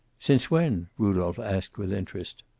since when? rudolph asked with interest.